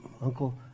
uncle